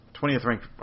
20th-ranked